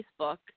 Facebook